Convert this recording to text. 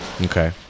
Okay